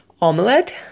omelette